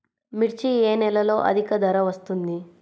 మిర్చి ఏ నెలలో అధిక ధర వస్తుంది?